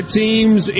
teams